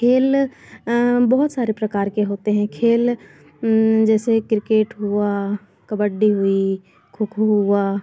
खेल बहुत सारे प्रकार के होते हैं खेल जैसे क्रिकेट हुआ कबड्डी हुई खो खो हुआ